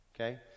Okay